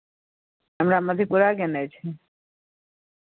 हमरा मधेपुरा गेनाइ छै